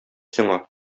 сиңа